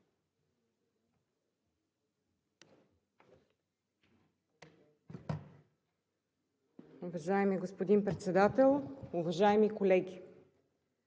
Уважаеми господин Председател, уважаеми колеги!